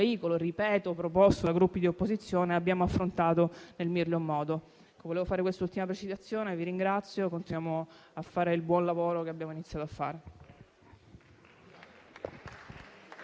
ripeto - dai Gruppi di opposizione, lo abbiamo affrontato nel miglior modo. Volevo fare quest'ultima precisazione. Vi ringrazio. Continuiamo a fare il buon lavoro che abbiamo iniziato a